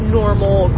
normal